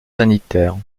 sanitaire